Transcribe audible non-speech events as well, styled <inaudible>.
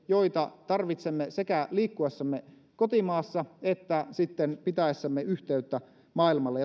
joita tarvitsemme sekä liikkuessamme kotimaassa että pitäessämme yhteyttä maailmalle <unintelligible>